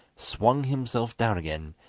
swung himself down again,